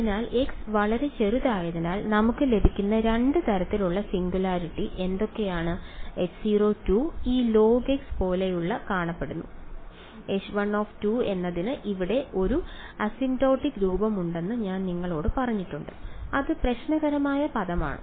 അതിനാൽ x വളരെ ചെറുതായതിനാൽ നമുക്ക് ലഭിക്കുന്ന 2 തരത്തിലുള്ള സിംഗുലാരിറ്റി എന്തൊക്കെയാണ് H0 ഈ log പോലെയാണ് കാണപ്പെടുന്നത് H1 എന്നതിന് ഇവിടെ ഒരു അസിംപ്റ്റോട്ടിക് രൂപമുണ്ടെന്ന് ഞാൻ നിങ്ങളോട് പറഞ്ഞിട്ടുണ്ട് അത് പ്രശ്നകരമായ പദമാണ്